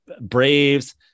braves